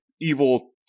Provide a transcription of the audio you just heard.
evil